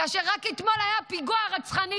כאשר רק אתמול היה כאן פיגוע רצחני.